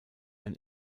ein